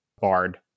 Bard